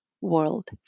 world